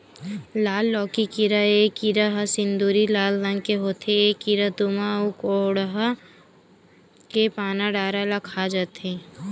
लाल लौकी कीरा ए कीरा ह सिंदूरी लाल रंग के होथे ए कीरा तुमा अउ कोड़हा के पाना डारा ल खा जथे